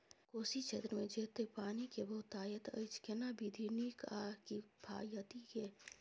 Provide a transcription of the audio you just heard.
कोशी क्षेत्र मे जेतै पानी के बहूतायत अछि केना विधी नीक आ किफायती ये?